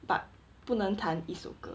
but 不能弹一首歌